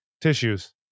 tissues